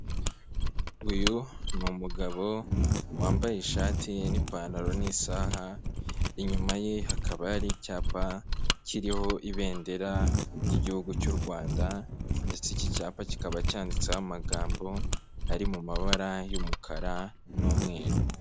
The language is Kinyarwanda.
Uyu ni umugabo wambaye ishati n'ipantaro n'isaha inyuma ye hakaba hari icyapa kiriho ibendera ry'igihugu cy'u Rwanda, ndetse iki cyapa kikaba cyanditseho amagambo ari mu mabara y'umukara n'umweru.